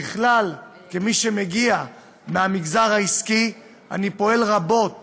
ככלל, כמי שמגיע מהמגזר העסקי, אני פועל רבות